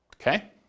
Okay